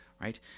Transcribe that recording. right